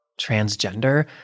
transgender